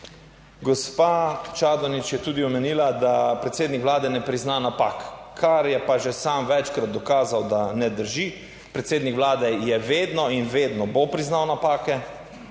Gospa Čadonič je tudi omenila, da predsednik Vlade ne prizna napak, kar je pa že sam večkrat dokazal, da ne drži. Predsednik vlade je vedno in vedno bo priznal napake.